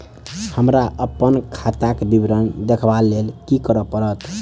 हमरा अप्पन खाताक विवरण देखबा लेल की करऽ पड़त?